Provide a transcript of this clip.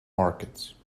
markets